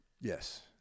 yes